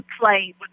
play